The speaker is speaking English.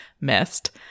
missed